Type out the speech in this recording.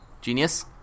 genius